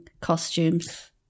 costumes